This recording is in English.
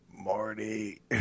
Marty